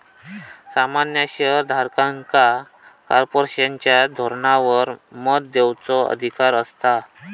सामान्य शेयर धारकांका कॉर्पोरेशनच्या धोरणांवर मत देवचो अधिकार असता